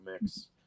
mix